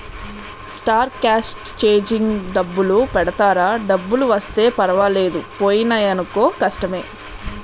star cast changing డబ్బులు పెడతారా డబ్బులు వస్తే పర్వాలేదు పోయినాయనుకో కష్టమే